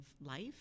life